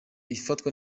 ifatwa